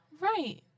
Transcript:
Right